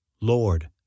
Lord